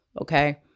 Okay